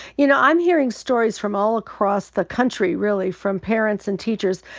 you know, i'm hearing stories from all across the country really from parents and teachers.